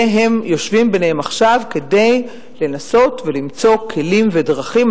והם יושבים ביניהם עכשיו כדי לנסות ולמצוא כלים ודרכים.